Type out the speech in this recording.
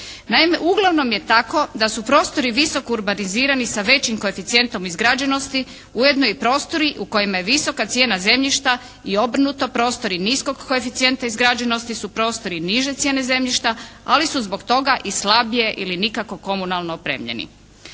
uglavnom je tako da su prostori visoko urbanizirani sa većim koeficijentom izgrađenosti ujedno i prostori u kojima je visoka cijena zemljišta i obrnuto, prostori niskog koeficijenta izgrađenosti su prostori niže cijene zemljišta, ali su zbog toga i slabije ili nikako komunalno opremljeni.